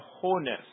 wholeness